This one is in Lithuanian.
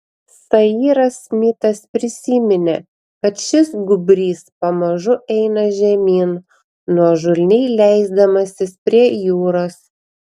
sairas smitas prisiminė kad šis gūbrys pamažu eina žemyn nuožulniai leisdamasis prie jūros